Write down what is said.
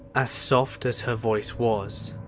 ah soft as her voice was,